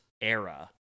era